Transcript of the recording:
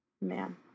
man